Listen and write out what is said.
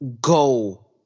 go